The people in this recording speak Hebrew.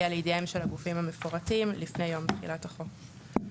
לידיהם של הגופים המפורטים לפני יום תחילת החוק.